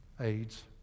AIDS